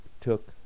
took